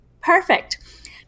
perfect